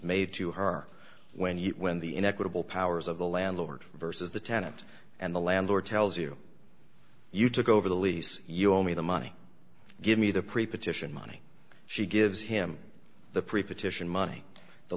made to her when you when the inequitable powers of the landlord versus the tenant and the landlord tells you you took over the lease you owe me the money give me the preposition money she gives him the pre partition money the